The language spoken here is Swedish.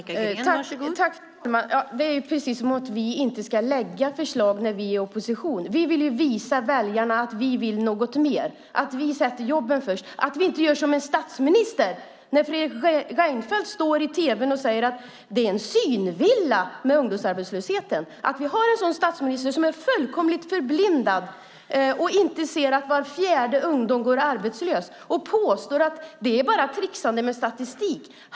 Fru talman! Det är precis som att vi inte ska lägga fram förslag när vi är i opposition. Vi vill visa väljarna att vi vill något mer och sätter jobben först. Vi gör inte som en statsminister. Fredrik Reinfeldt står i tv och säger att det är en synvilla att vi har en ungdomsarbetslöshet. Vi har en statsminister som är fullkomligt förblindad och inte ser att var fjärde ungdom går arbetslös. Han påstår att det bara är tricksande med statistik.